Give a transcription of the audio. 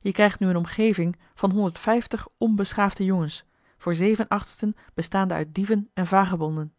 je krijgt nu eene omgeving van honderdvijftig onbeschaafde jongens voor zeven achtsten bestaande uit dieven en vagebonden